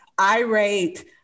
irate